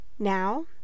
Now